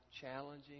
challenging